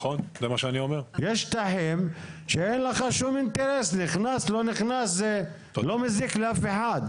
יש שטחים שאין לך שום אינטרס, אתה מזיק לאף אחד.